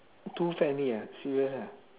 too friendly ah serious ah